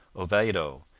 oviedo,